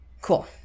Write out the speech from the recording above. Cool